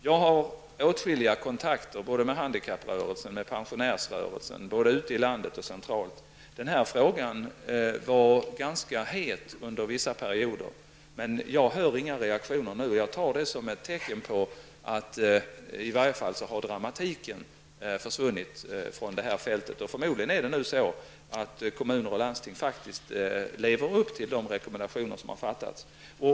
Jag har åtskilliga kontakter med handikapp och pensionärsrörelsen såväl ute i landet som centralt. Den här frågan var ganska het under vissa perioder, men jag får inga reaktioner nu. Jag tar det som ett tecken på att dramatiken i alla fall har försvunnit från det här fältet. Förmodligen lever kommuner och landsting nu faktiskt upp till rekommendationerna.